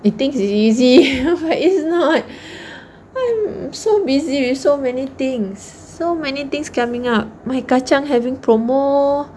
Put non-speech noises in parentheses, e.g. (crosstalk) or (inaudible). it thinks it easy (laughs) but it's not I'm so busy with so many things so many things coming up my kacang having promo